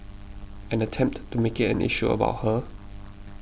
and attempt to make it an issue about her